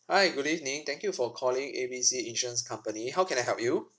hi good evening thank you for calling A B C insurance company how can I help you